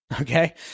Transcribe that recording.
Okay